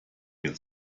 wir